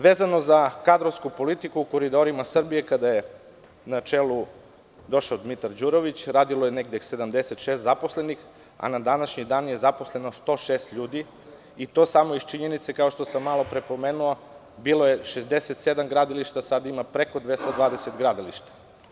Vezano za kadrovsku politiku, u „Koridorima Srbije“, kada je na čelo došao Dmitar Đurović, radilo je 76 zaposlenih, a na današnji dan je zaposleno 106 ljudi i to samo iz činjenice, kao što sam malopre pomenuo, bilo je 67 gradilišta, sada ima preko 220 gradilišta.